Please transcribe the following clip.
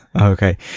Okay